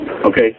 Okay